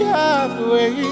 halfway